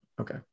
Okay